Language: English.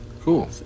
cool